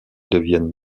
deviennent